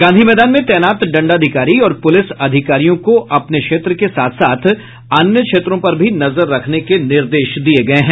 गांधी मैदान में तैनात दंडाधिकारी और पुलिस अधिकारियों को अपने क्षेत्र के साथ साथ अन्य क्षेत्रों पर भी नजर रखने के निर्देश दिये गये हैं